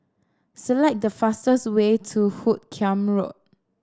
select the fastest way to Hoot Kiam Road